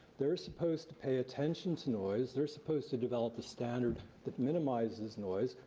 they're supposed to pay attention to noise. they're supposed to develop a standard that minimizes noise,